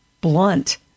blunt